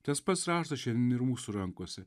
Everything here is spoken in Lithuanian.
tas pats raštas šiandien ir mūsų rankose